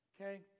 Okay